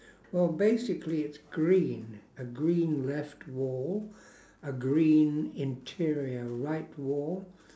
well basically it's green a green left wall a green interior right wall